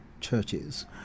churches